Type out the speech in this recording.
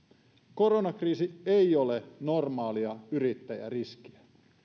koronakriisi ei ole normaalia yrittäjäriskiä